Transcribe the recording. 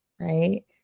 Right